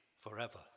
forever